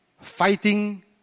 fighting